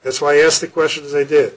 that's why i asked the questions i d